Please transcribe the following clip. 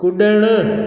कुड॒णु